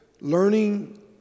learning